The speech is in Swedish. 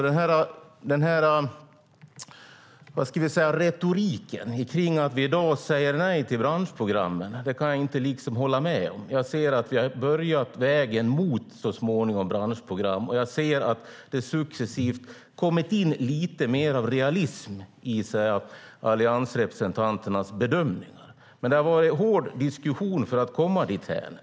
Den här retoriken kring att vi i dag säger nej till branschprogrammen kan jag alltså inte hålla med om. Jag ser att vi har börjat vägen mot branschprogram så småningom, och jag ser att det successivt har kommit in lite mer av realism i alliansrepresentanternas bedömningar. Men det har varit en hård diskussion för att komma dithän.